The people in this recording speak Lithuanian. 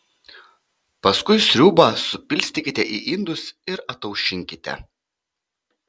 paskui sriubą supilstykite į indus ir ataušinkite